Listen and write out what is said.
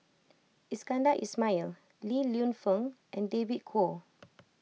Iskandar Ismail Li Lienfung and David Kwo